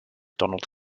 donald